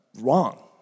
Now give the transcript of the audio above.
wrong